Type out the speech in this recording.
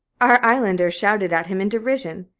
our islanders shouted at him in derision.